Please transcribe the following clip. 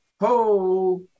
ho